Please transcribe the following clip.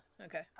okay